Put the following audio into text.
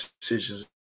decisions